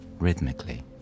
rhythmically